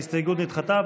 ההסתייגות נדחתה.